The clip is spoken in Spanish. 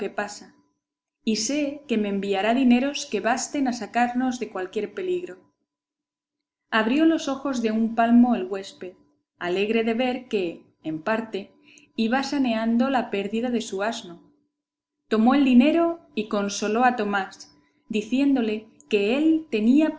pasa y sé que me enviará dineros que basten a sacarnos de cualquier peligro abrió los ojos de un palmo el huésped alegre de ver que en parte iba saneando la pérdida de su asno tomó el dinero y consoló a tomás diciéndole que él tenía